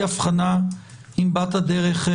קודם כל הארכת תוקף של התקנות,